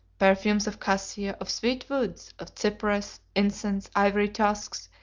perfumes of cassia, of sweet woods, of cypress, incense, ivory tusks,